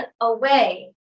away